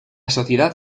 sociedad